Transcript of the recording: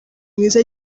mwiza